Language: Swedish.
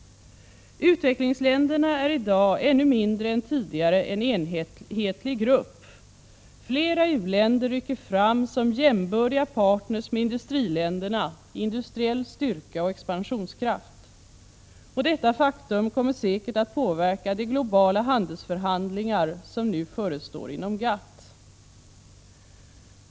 Utvecklingsländerna är i dag ännu mindre än tidigare en enhetlig grupp. Flera u-länder rycker fram som jämbördiga parter med industriländerna när det gäller industriell styrka och expansionskraft. Detta faktum kommer säkert att påverka de globala handelsförhandlingar som nu förestår inom GATT.